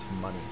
money